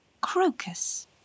Crocus